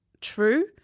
true